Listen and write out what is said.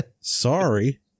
Sorry